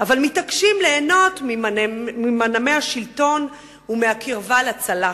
אבל מתעקשים ליהנות ממנעמי השלטון ומהקרבה לצלחת.